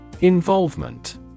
Involvement